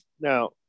Now